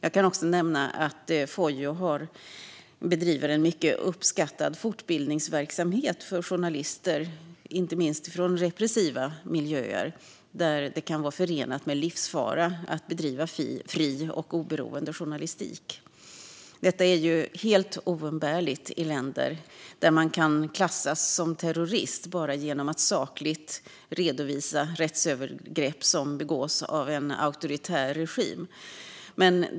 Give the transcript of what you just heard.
Man bedriver också en mycket uppskattad fortbildningsverksamhet för journalister, inte minst från repressiva miljöer där det kan vara förenat med livsfara att bedriva fri och oberoende journalistik. Detta är helt oumbärligt i länder där man kan klassas som terrorist bara genom att sakligt redovisa rättsövergrepp som begås av en auktoritär regim.